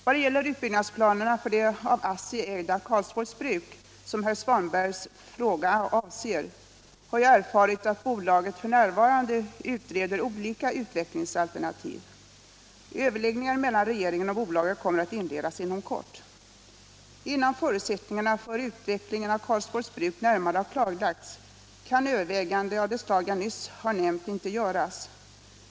Vad gäller utbyggnadsplanerna för det av ASSI ägda Karlsborgs Bruk, :som herr Svanbergs fråga avser, har jag erfarit att bolaget f. n. utreder olika utvecklingsalternativ. Överläggningar mellan regeringen och bolaget kommer att inledas inom kort. Innan förutsättningarna för utvecklingen av Karlsborgs Bruk närmare har klarlagts kan överväganden av det slag jag nyss har nämnt inte göras.